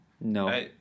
No